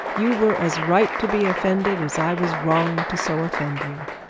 you were as right to be offended, as i was wrong to so offend you.